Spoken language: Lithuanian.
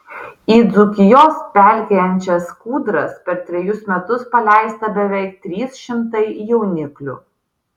į dzūkijos pelkėjančias kūdras per trejus metus paleista beveik trys šimtai jauniklių